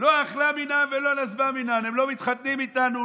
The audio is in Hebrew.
דלא אכלי מינן ולא נסבי מינן" הם לא מתחתנים איתנו,